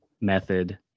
method